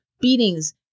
beatings